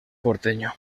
porteño